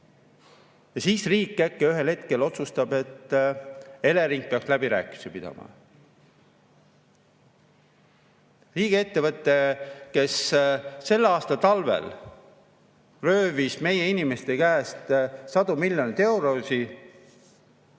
Siis riik äkki ühel hetkel otsustab, et Elering peaks läbirääkimisi pidama. Riigiettevõte, kes selle aasta talvel röövis meie inimestelt sadu miljoneid eurosid